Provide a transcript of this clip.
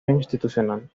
institucional